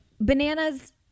Bananas